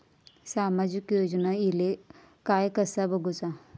सामाजिक योजना इले काय कसा बघुचा?